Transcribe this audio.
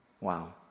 Wow